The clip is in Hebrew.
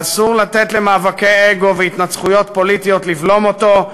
אסור לתת למאבקי אגו והתנצחויות פוליטיות לבלום אותו,